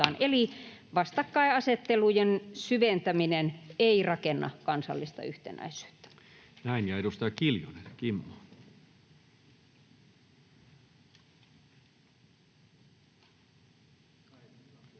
Eli vastakkainasettelujen syventäminen ei rakenna kansallista yhtenäisyyttä. [Speech 107] Speaker: Toinen